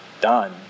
done